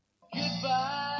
goodbye